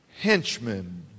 henchmen